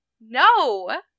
No